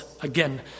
Again